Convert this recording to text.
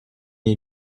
you